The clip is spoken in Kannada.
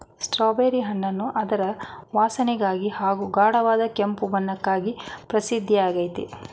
ಸ್ಟ್ರಾಬೆರಿ ಹಣ್ಣನ್ನು ಅದರ ವಾಸನೆಗಾಗಿ ಹಾಗೂ ಗಾಢವಾದ ಕೆಂಪು ಬಣ್ಣಕ್ಕಾಗಿ ಪ್ರಸಿದ್ಧವಾಗಯ್ತೆ